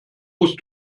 musst